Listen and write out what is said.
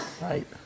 Right